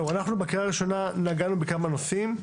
בהכנה לקריאה הראשונה נגענו בכמה נושאים.